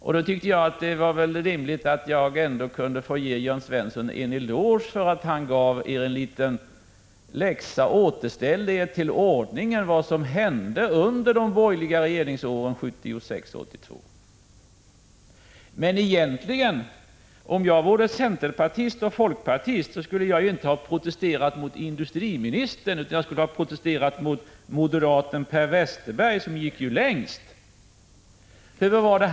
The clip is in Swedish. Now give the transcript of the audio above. Men jag tyckte att jag ändå kunde få ge Jörn Svensson en eloge för att han gav er en liten läxa och återförde er till ordningen genom att påminna om vad som hände under de borgerliga regeringsåren 1976-1982. Men om jag vore centerpartist eller folkpartist skulle jag inte ha protesterat mot vad industriministern sade, utan jag skulle ha protesterat mot vad moderaten Per Westerberg, som ju gick längst, sade.